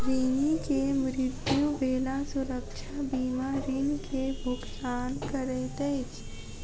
ऋणी के मृत्यु भेला सुरक्षा बीमा ऋण के भुगतान करैत अछि